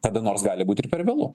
kada nors gali būti ir per vėlu